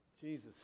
Jesus